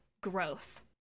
Growth